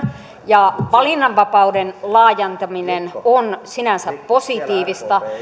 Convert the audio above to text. ja valinnanvapauden laajentaminen on sinänsä positiivista